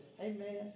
Amen